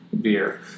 beer